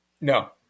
No